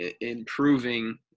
Improving